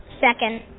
Second